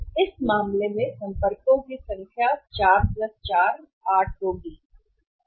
तो इस मामले में संपर्कों की संख्या 4 4 होगी जो 8 है